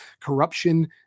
corruption